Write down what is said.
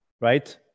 right